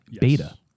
beta